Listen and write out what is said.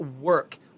work